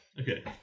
Okay